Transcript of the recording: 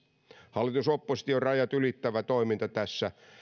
hallitus oppositio rajat ylittävä toiminta tässä